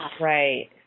Right